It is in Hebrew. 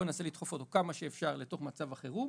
ננסה לדחוף אותו כמה שאפשר למצב החירום.